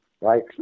Right